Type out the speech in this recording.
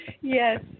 Yes